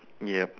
yup